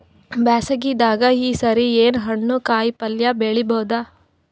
ಬ್ಯಾಸಗಿ ದಾಗ ಈ ಸರಿ ಏನ್ ಹಣ್ಣು, ಕಾಯಿ ಪಲ್ಯ ಬೆಳಿ ಬಹುದ?